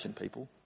people